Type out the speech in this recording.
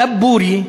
דבורייה,